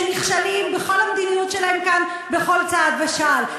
שנכשלים בכל המדיניות שלהם כאן בכל צעד ושעל.